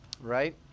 right